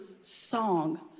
song